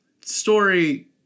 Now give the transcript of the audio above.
Story